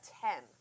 ten